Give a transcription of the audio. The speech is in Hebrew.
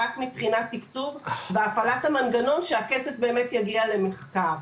רק מבחינת תקצוב והפעלת המנגנון שהכסף יגיע למחקר.